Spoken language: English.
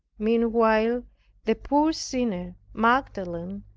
meanwhile the poor sinner, magdalene,